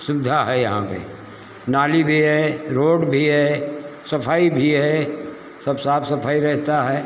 सुविधा है यहाँ पे नाली भी है रोड भी है सफाई भी है सब साफ सफाई रहता है